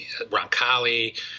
Roncalli